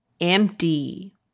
empty